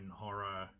horror